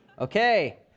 Okay